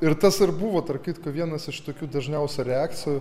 ir tas ir buvo tarp kitko vienas iš tokių dažniausių reakcijų